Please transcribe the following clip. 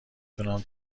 تونم